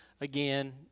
Again